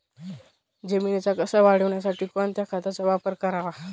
जमिनीचा कसं वाढवण्यासाठी कोणत्या खताचा वापर करावा?